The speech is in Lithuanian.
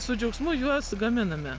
su džiaugsmu juos gaminame